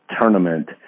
tournament